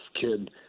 kid